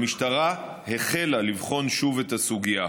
המשטרה החלה לבחון שוב את הסוגיה.